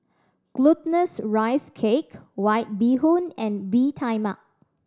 Glutinous Rice Cake White Bee Hoon and Bee Tai Mak